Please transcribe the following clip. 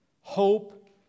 hope